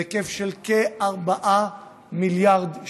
בסכום של כ-4 מיליארד שקלים,